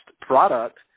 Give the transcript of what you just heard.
product